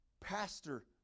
pastor